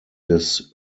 des